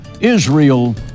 Israel